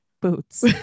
boots